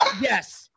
yes